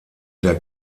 der